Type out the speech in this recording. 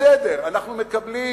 בסדר, אנחנו מקבלים